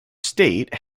state